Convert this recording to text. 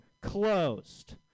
closed